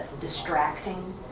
distracting